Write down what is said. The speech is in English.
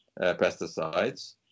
pesticides